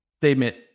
statement